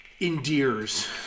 endears